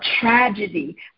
tragedy